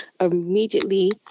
immediately